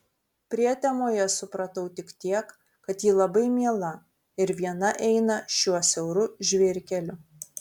prietemoje supratau tik tiek kad ji labai miela ir viena eina šiuo siauru žvyrkeliu